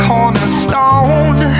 Cornerstone